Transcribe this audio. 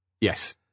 Yes